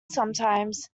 sometimes